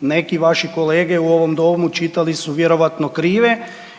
Neki vaši kolege u ovom domu čitali su vjerojatno krive